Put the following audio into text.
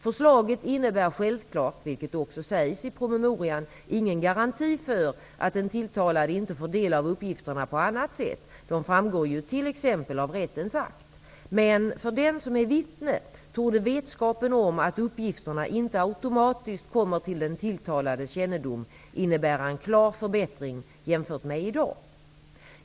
Förslaget innebär självklart -- vilket också sägs i promemorian -- ingen garanti för att den tilltalade inte får del av uppgifterna på annat sätt; de framgår ju t.ex. av rättens akt. Men för den som är vittne torde vetskapen om att uppgifterna inte automatiskt kommer till den tilltalades kännedom innebära en klar förbättring jämfört med i dag.